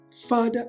Father